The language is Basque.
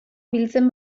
biltzen